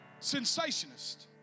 sensationist